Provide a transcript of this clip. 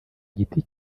giti